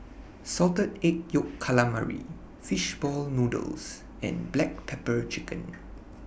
Salted Egg Yolk Calamari Fish Ball Noodles and Black Pepper Chicken